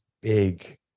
big